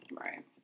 Right